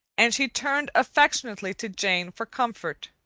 and she turned affectionately to jane for comfort.